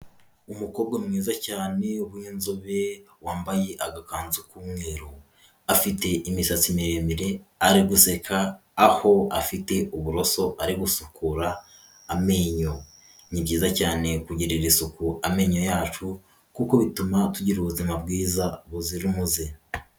Umukobwa mwiza cyane w'inzobe wambaye agakanzu k'umweru, afite imisatsi miremire, ari guseka, aho afite uburoso ari gusukura amenyo. Ni byiza cyane kugirira isuku amenyo yacu, kuko bituma tugira ubuzima bwiza buzira umuze.